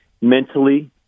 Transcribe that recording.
mentally